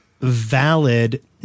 valid